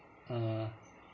uh